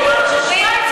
אתה רוצה שוויון, אז שוויון.